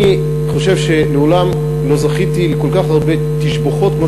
אני חושב שמעולם לא זכיתי לכל כך הרבה תשבחות כמו